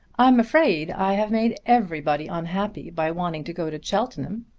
i'm afraid i have made everybody unhappy by wanting to go to cheltenham.